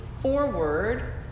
forward